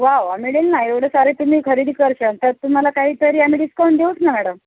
वा वा मिळेल ना एवढं सारे तुम्ही खरेदी करशान तर तुम्हाला काहीतरी आम्ही डिस्काउंट देऊच ना मॅडम